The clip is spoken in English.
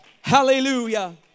Hallelujah